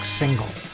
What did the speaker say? single